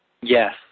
Yes